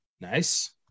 Nice